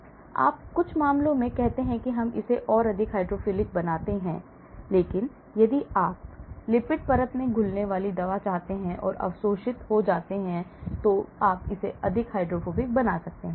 इसलिए आप कुछ मामलों में कहते हैं कि हम इसे और अधिक हाइड्रोफिलिक बनाते हैं लेकिन यदि आप लिपिड परत में घुलने वाली दवा चाहते हैं और अवशोषित हो जाते हैं तो आप इसे अधिक हाइड्रोफोबिक बना सकते हैं